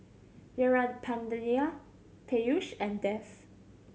Veerapandiya Peyush and Dev